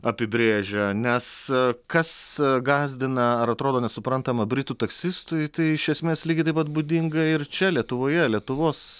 apibrėžia nes kas gąsdina ar atrodo nesuprantama britų taksistui tai iš esmės lygiai taip pat būdinga ir čia lietuvoje lietuvos